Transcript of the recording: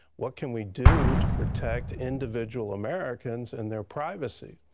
what can we do to protect individual americans and their privacy?